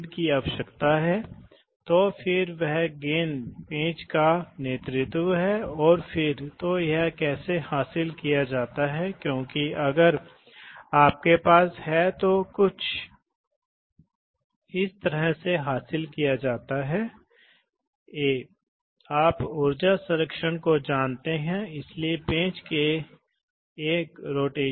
तो इसलिए यह वाल्व शिफ्ट हो जाएगा और इस स्थिति में चला जाएगा और फिर हम लॉक हो जाएंगे उस समय यह प्रवाह इस से होकर गुजरेगा क्योंकि यह बंद है और यह भी बंद है यह एक चेक वाल्व है इसलिए यह पास हो जाएगा इसके माध्यम से इसलिए एक निश्चित समय के बाद प्रवाह केवल पांच होने जा रहा है आप जानते हैं fpm का अर्थ है प्रति फीट क्यूब प्रति मिनट यह एक इकाई है